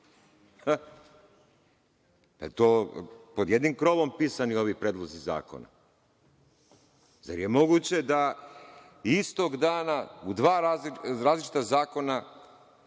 su pod jednim krovom pisani ovi predlozi zakona? Zar je moguće da istog dana u dva različita zakona